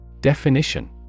Definition